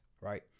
Right